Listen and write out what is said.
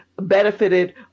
Benefited